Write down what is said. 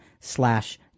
slash